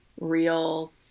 real